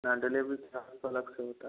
हाँ delivery charge तो अलग से मिलता है